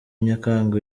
nyakanga